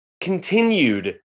continued